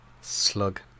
slug